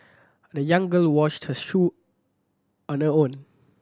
the young girl washed her shoe on her own